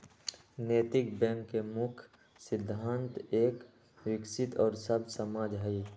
नैतिक बैंक के मुख्य सिद्धान्त एक विकसित और सभ्य समाज हई